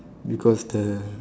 because the